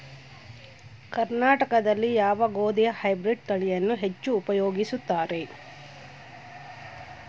ಕರ್ನಾಟಕದಲ್ಲಿ ಯಾವ ಗೋಧಿಯ ಹೈಬ್ರಿಡ್ ತಳಿಯನ್ನು ಹೆಚ್ಚು ಉಪಯೋಗಿಸುತ್ತಾರೆ?